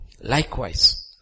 likewise